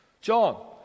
John